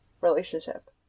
relationship